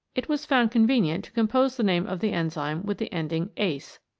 it was found convenient to compose the name of the enzyme with the ending ase,